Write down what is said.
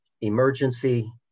emergency